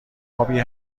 ابی